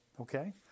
Okay